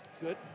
good